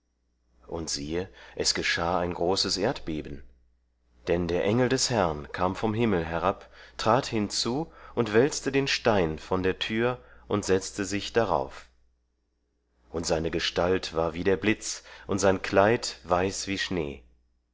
und siehe es geschah ein großes erdbeben denn der engel des herrn kam vom himmel herab trat hinzu und wälzte den stein von der tür und setzte sich darauf und seine gestalt war wie der blitz und sein kleid weiß wie schnee